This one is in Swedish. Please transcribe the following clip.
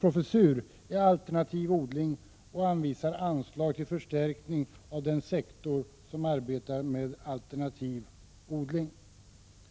professur inrättas i alternativ odling och anvisar anslag till förstärkning av den sektor som arbetar med alternativ odling.